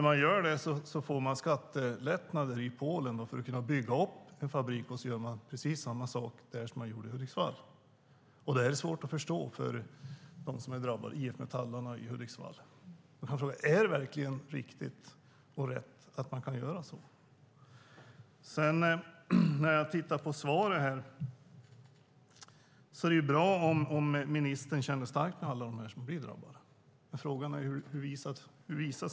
Man får skattelättnader i Polen för att kunna bygga upp en fabrik, och så ska man göra precis samma sak där som man gjorde i Hudiksvall. Detta är svårt att förstå för de IF-metallare i Hudiksvall som drabbas. Är det verkligen rätt och riktigt att man kan göra så? Det är bra om ministern känner starkt med alla dem som drabbas, som hon säger i sitt interpellationssvar.